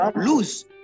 lose